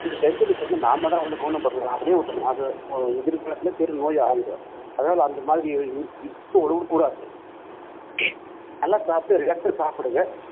இது டென்ஷனுக்கு வந்து நாம் தான் வந்து குணப்படுத்திக்கணும் அப்படியே விட்டோம்ன்னா அது எதிர்காலத்தில் ஒரு பெரும் நோயாக ஆகிடும் அதனால் அந்தமாதிரி இப்போ விடவும் கூடாது நல்லா சாப்பிட்டு ரிலாக்ஸாக சாப்பிடுங்க